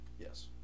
Yes